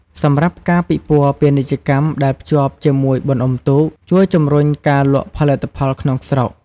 សម្រាប់ការពិព័រណ៍ពាណិជ្ជកម្មដែលភ្ជាប់ជាមួយបុណ្យអុំទូក ជួយជំរុញការលក់ផលិតផលក្នុងស្រុក។